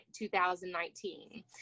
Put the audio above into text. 2019